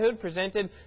presented